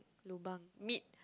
lobang meet